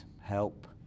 help